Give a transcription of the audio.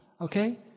okay